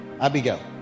abigail